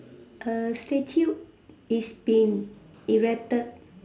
err statue is been eradicated